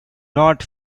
not